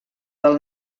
del